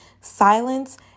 silence